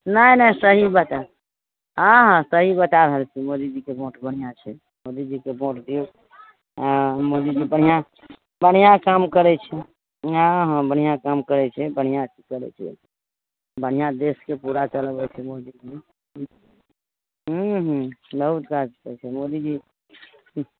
नहि नहि सही बताएब हँ हँ सही बताए रहल छी मोदीजीकेँ भोंट बढ़िआँ छै मोदीजीके भोंट दियौ हँ मोदीजी बढ़िआँ बढ़िआँ काम करै छै हँ हँ बढ़िआँ काम करै छै बढ़िआँ अथी करै छै बढ़िआँ देशके पूरा चलबै छै मोदीजी हूँ हूँ बहुत काज कयलकै मोदीजी